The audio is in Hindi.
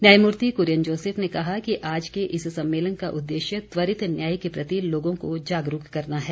न्यायमूर्ति कुरियन जोसेफ ने कहा कि आज के इस सम्मेलन का उद्देश्य त्वरित न्याय के प्रति लोगों को जागरूक करना है